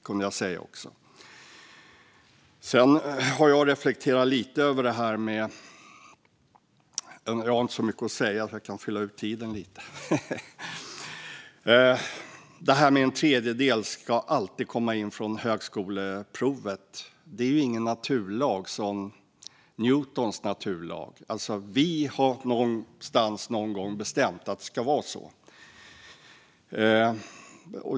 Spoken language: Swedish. Sedan har jag lite grann reflekterat över att en tredjedel alltid ska komma in genom högskoleprovet. Det är ingen naturlag som Newtons naturlag. Vi har någonstans någon gång bestämt att det ska vara så.